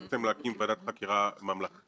אתחיל ואומר על השאלה השנייה: מחר אזיל דמעה.